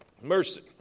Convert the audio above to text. Mercy